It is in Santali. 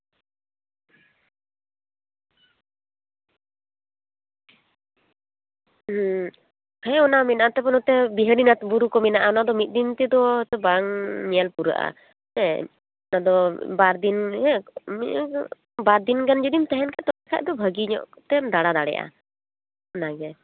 ᱦᱮᱸ ᱚᱱᱟ ᱢᱮᱱᱟᱜᱼᱟ ᱛᱟᱯᱚᱨᱮ ᱱᱚᱛᱮ ᱵᱤᱦᱟᱨᱤᱱᱟᱛᱷ ᱵᱩᱨᱩ ᱠᱚ ᱢᱮᱱᱟᱜᱼᱟ ᱚᱱᱟᱫᱚ ᱢᱤᱫ ᱫᱤᱱ ᱛᱮᱫᱚ ᱵᱟᱝ ᱧᱮᱞ ᱯᱩᱨᱟᱹᱜᱼᱟ ᱦᱮᱸ ᱢᱮᱱᱫᱚ ᱵᱟᱨ ᱫᱤᱱ ᱫᱚ ᱢᱤᱫ ᱫᱤᱱ ᱫᱚ ᱵᱟᱨ ᱫᱤᱱ ᱜᱟᱱ ᱛᱟᱦᱮᱱ ᱠᱷᱟᱱ ᱛᱟᱞᱦᱮ ᱠᱷᱟᱱ ᱵᱷᱟᱜᱮ ᱧᱚᱜ ᱛᱮᱢ ᱫᱟᱬᱟ ᱫᱟᱲᱮᱭᱟᱜᱼᱟ ᱚᱱᱟᱜᱮ